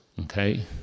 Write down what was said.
okay